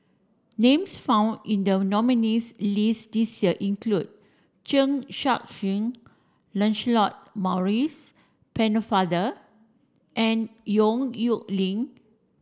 names found in the nominees' list this year include Chen Sucheng Lancelot Maurice Pennefather and Yong Nyuk Lin